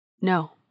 No